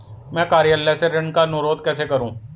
मैं कार्यालय से ऋण का अनुरोध कैसे करूँ?